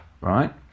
right